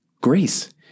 Grace